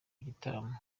igitaramo